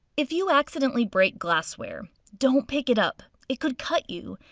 if you accidentally break glassware, don't pick it up. it could cut you.